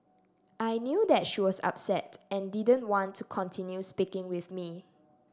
I knew that she was upset and didn't want to continue speaking with me